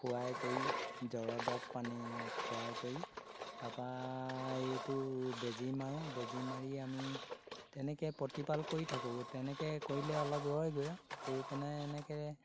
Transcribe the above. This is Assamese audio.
খোৱাই কৰি জ্বৰৰ দৰৱ পানী খোৱাই কৰি তাৰপৰা এইটো বেজী মাৰোঁ বেজি মাৰি আমি তেনেকৈ প্ৰতিপাল কৰি থাকোঁ তেনেকৈ কৰিলে অলপ ৰয় গৈ ৰৈ পেনাই এনেকৈ